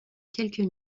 quelques